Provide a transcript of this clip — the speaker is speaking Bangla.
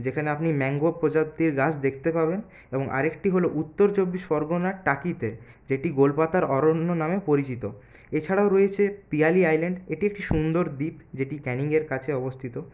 যেখানে আমি ম্যানগ্রোভ প্রজাতির গাছ দেখতে পাবেন এবং আরেকটি হল উত্তর চব্বিশ পরগণার টাকিতে যেটি গোলপাতার অরণ্য নামে পরিচিত এছাড়াও রয়েছে পিয়ালী আইল্যান্ড এটি একটি সুন্দর দ্বীপ যেটি ক্যানিংয়ের কাছে অবস্থিত